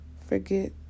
forget